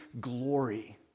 glory